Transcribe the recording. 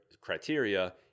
Criteria